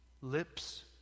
Lips